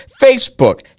Facebook